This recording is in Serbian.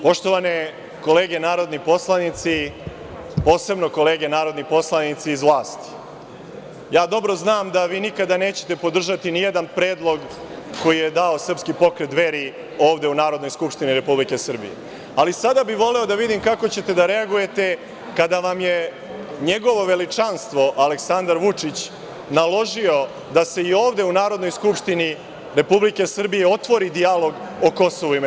Poštovane kolege narodni poslanici, posebno kolege narodni poslanici iz vlasti, dobro znam da nikada nećete podržati nijedan predlog koji je dao srpski pokret Dveri, ovde u Narodnoj skupštini Republike Srbije, ali sada bih voleo da vidim kako ćete da reagujete kada vam je njegovo veličanstvo Aleksandar Vučić naložio da se i ovde u Narodnoj skupštini Republike Srbije otvori dijalog o KiM.